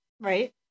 right